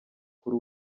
kuri